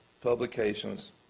publications